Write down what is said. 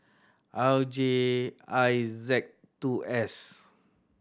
R J I Z two S